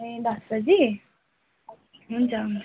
ए दस बजी हुन्छ हुन्छ